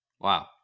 Wow